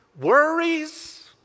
worries